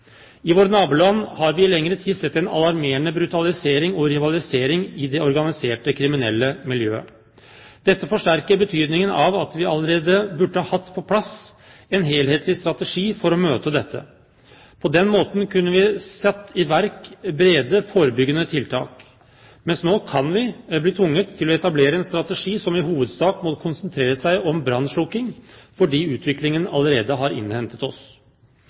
I våre naboland har vi i lengre tid sett en alarmerende brutalisering og rivalisering i det organiserte kriminelle miljøet. Dette forsterker betydningen av at vi allerede burde hatt på plass en helhetlig strategi for å møte dette. På den måten kunne vi satt i verk brede, forebyggende tiltak, mens vi nå kan bli tvunget til å etablere en strategi som i hovedsak må konsentrere seg om brannslukking, fordi utviklingen allerede har innhentet oss.